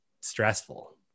stressful